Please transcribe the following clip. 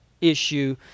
issue